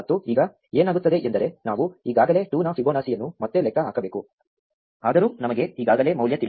ಮತ್ತು ಈಗ ಏನಾಗುತ್ತದೆ ಎಂದರೆ ನಾವು ಈಗಾಗಲೇ 2 ನ ಫಿಬೊನಾಕಿಯನ್ನು ಮತ್ತೆ ಲೆಕ್ಕ ಹಾಕಬೇಕು ಆದರೂ ನಮಗೆ ಈಗಾಗಲೇ ಮೌಲ್ಯ ತಿಳಿದಿದೆ